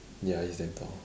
ya he's damn tall